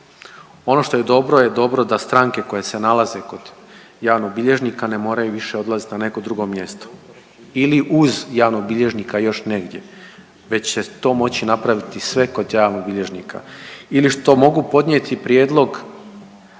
Ono što je dobro, je dobro da stranke koje se nalaze kod javnog bilježnika ne moraju više odlaziti na neko drugo mjesto ili uz javnog bilježnika još negdje već će to moći napraviti sve kod javnog bilježnika. Ili što mogu podnijeti prijedlog